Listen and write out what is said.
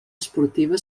esportiva